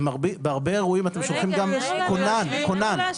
בהרבה אירועים אתם שולחים גם כונן, כונן.